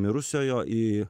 mirusiojo į